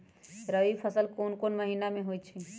रबी फसल कोंन कोंन महिना में होइ छइ?